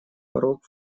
порог